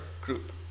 group